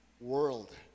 world